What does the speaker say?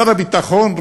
שר הביטחון,